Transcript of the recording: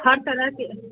हर तरहके